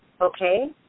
Okay